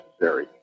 necessary